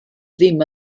ddim